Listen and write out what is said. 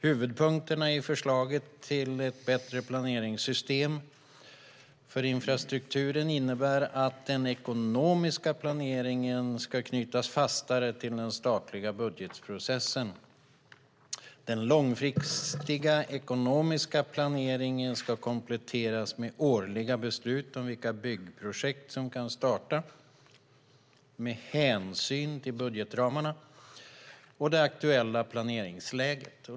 Huvudpunkterna i förslaget till ett bättre planeringssystem för infrastrukturen innebär att den ekonomiska planeringen ska knytas fastare till den statliga budgetprocessen och att den långsiktiga ekonomiska planeringen ska kompletteras med årliga beslut om vilka byggprojekt som kan starta med hänsyn till budgetramarna och det aktuella planeringsläget.